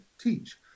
teach